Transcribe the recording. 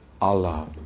Allah